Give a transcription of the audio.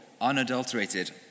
unadulterated